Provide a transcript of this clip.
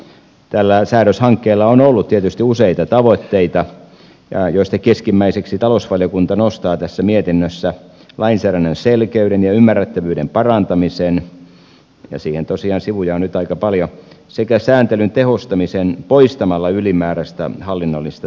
tällä säädöshankkeella on ollut tietysti useita tavoitteita joista keskimmäiseksi talousvaliokunta nostaa tässä mietinnössä lainsäädännön selkeyden ja ymmärrettävyyden parantamisen ja siihen tosiaan sivuja on nyt aika paljon sekä sääntelyn tehostamisen poistamalla ylimääräistä hallinnollista taakkaa